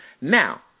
Now